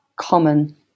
Common